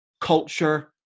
culture